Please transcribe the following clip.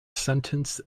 sentence